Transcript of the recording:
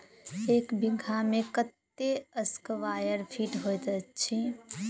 एक बीघा मे कत्ते स्क्वायर फीट होइत अछि?